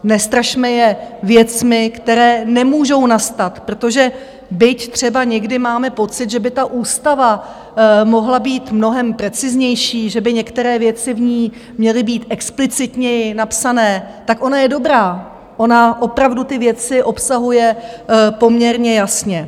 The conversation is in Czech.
Nestrašme je věcmi, které nemůžou nastat, protože byť třeba někdy máme pocit, že by ta ústava mohla být mnohem preciznější, že by některé věci v ní měly být explicitněji napsané, tak ona je dobrá, ona opravdu ty věci obsahuje poměrně jasně.